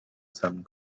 some